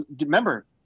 remember